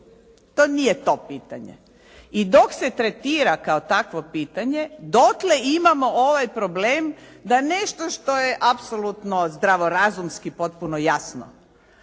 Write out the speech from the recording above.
To nije to pitanje. I dok se tretira kao takvo pitanje dotle imamo ovaj problem da nešto što je apsolutno zdravo razumski potpuno jasno,